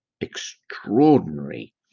extraordinary